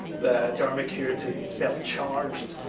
that dharmakirti felt charged